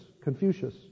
Confucius